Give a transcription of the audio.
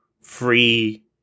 free